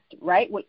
right